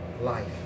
life